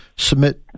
submit